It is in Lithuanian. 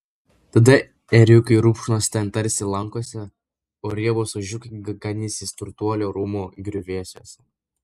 tada ėriukai rupšnos ten tarsi lankose o riebūs ožiukai ganysis turtuolių rūmų griuvėsiuose